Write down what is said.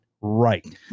right